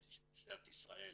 ממשלת ישראל